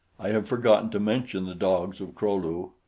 i have forgotten to mention the dogs of kro-lu.